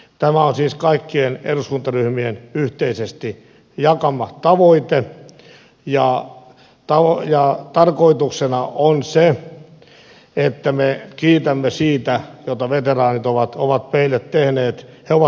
tämä on siis kaikkien eduskuntaryhmien yhteisesti jakama tavoite ja tarkoituksena on se että me kiitämme siitä mitä veteraanit ovat meille tehneet